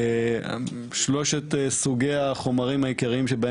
שלושת סוגי החומרים העיקריים שבהם